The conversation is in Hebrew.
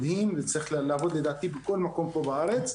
שהוא ארגון מדהים והוא צריך לעבוד לדעתי בכל מקום פה בארץ.